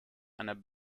einer